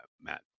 Matt